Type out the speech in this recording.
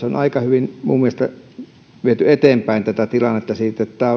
on aika hyvin minun mielestäni viety eteenpäin tätä tilannetta niin että tämä